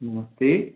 नमस्ते